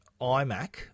iMac